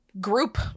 group